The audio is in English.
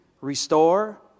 restore